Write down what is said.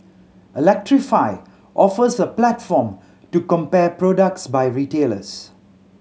electrify offers a platform to compare products by retailers